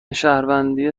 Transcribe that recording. شهروندی